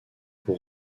peu